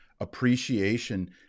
appreciation